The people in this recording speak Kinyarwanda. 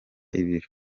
ibiri